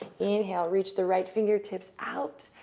inhale, reach the right fingertips out.